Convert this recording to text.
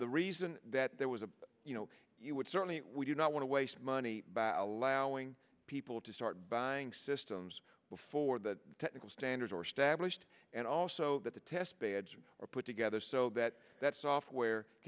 the reason that there was a you know you would certainly we do not want to waste money by allowing people to start buying systems before the technical standards or stablished and also that the test beds are put together so that that software